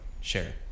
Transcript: share